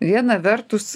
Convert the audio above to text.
viena vertus